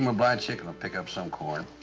um a blind chicken will pick up some corn.